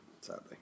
sadly